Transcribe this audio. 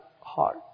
heart